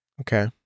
Okay